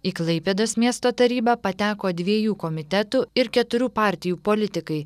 į klaipėdos miesto tarybą pateko dviejų komitetų ir keturių partijų politikai